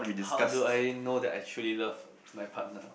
how do I know that I truly love my partner